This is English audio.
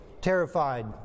terrified